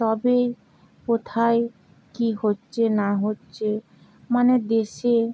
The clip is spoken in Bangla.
তবে কোথায় কী হচ্ছে না হচ্ছে মানে দেশে